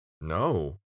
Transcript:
No